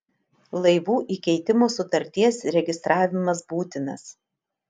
laivų įkeitimo sutarties registravimas būtinas